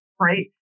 right